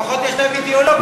לפחות יש להם אידיאולוגיה.